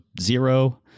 zero